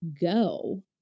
go